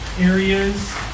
areas